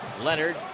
Leonard